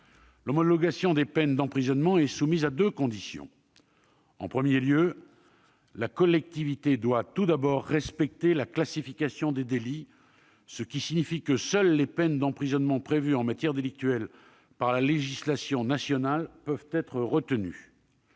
L'homologation des peines d'emprisonnement est soumise à deux conditions. En premier lieu, les peines instituées par la collectivité doivent respecter « la classification des délits »; cela signifie que seules les peines d'emprisonnement prévues en matière délictuelle par la législation nationale peuvent être retenues.